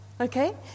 Okay